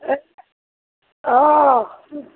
অঁ